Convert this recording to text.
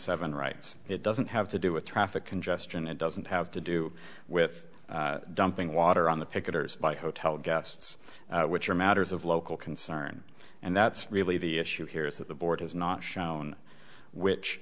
seven rights it doesn't have to do with traffic congestion it doesn't have to do with dumping water on the picketers by hotel guests which are matters of local concern and that's really the issue here is that the board has not shown which